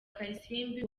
kalisimbi